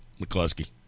McCluskey